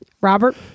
robert